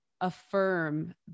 affirm